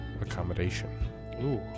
accommodation